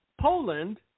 Poland